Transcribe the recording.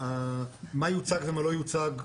מה יוצג ומה לא יוצג?